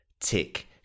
Tick